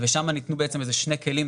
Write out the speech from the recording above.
ושם ניתנו לזה שני כלים.